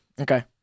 Okay